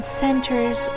centers